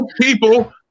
people